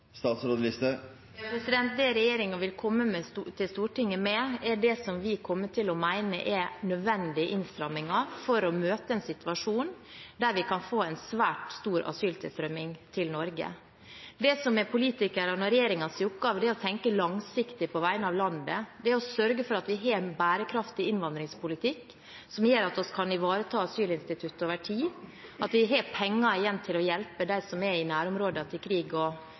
Det regjeringen vil komme til Stortinget med, er det som vi kommer til å mene er nødvendige innstramminger for å møte en situasjon der vi kan få en svært stor asyltilstrømming til Norge. Det som er politikernes og regjeringens oppgave, er å tenke langsiktig på vegne av landet, å sørge for at vi har en bærekraftig innvandringspolitikk som gjør at vi kan ivareta asylinstituttet over tid, at vi har penger igjen til å hjelpe dem som er i nærområdene til krig og